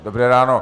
Dobré ráno.